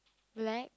black